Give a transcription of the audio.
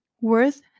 worth